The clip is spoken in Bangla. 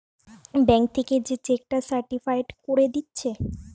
ব্যাংক থিকে যে চেক টা সার্টিফায়েড কোরে দিচ্ছে